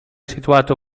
situato